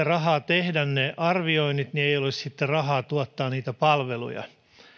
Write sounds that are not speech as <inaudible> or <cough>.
<unintelligible> rahaa tehdä ne arvioinnit niin ei ole sitten rahaa tuottaa niitä palveluja